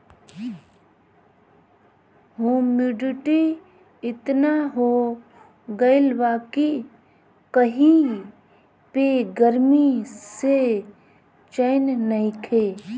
humidity एतना हो गइल बा कि कही पे गरमी से चैन नइखे